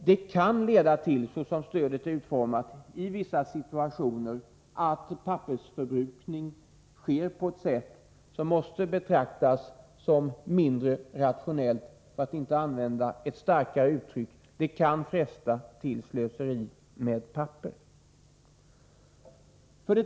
Så som stödet är utformat kan det i vissa situationer leda till att pappersförbrukningen sker på ett sätt som måste betraktas som mindre rationellt, för att inte använda ett starkare uttryck: det kan fresta till slöseri med papper. 3.